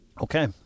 Okay